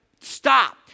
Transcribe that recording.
stop